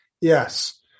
Yes